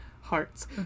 hearts